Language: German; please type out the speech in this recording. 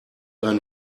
ein